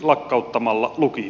kiitos